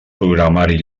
programari